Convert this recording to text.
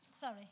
Sorry